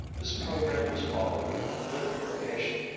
this program was followed with little variation,